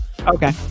Okay